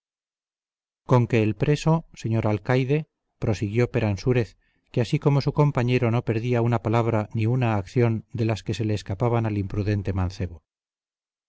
conque el preso señor alcaide prosiguió peransúrez que así como su compañero no perdía una palabra ni una acción de las que se le escapaban al imprudente mancebo